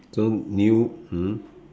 so new mm